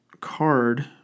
card